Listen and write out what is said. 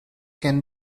can